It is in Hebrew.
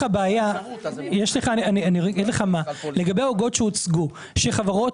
לגבי העוגות שהוצגו,